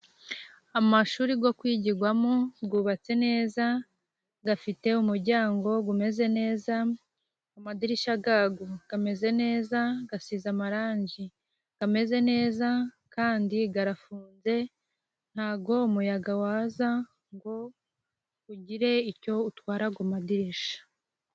Amashuri yo kwigirwamo yubatse neza, afite umuryango umeze neza, amadirishya y'ayo ameze neza asize amarangi ameze neza kandi arafunze ,ntabwo umuyaga waza ngo ugire icyo utwara ayo madirishya.